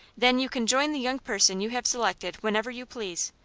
then you can join the young person you have selected whenever you please.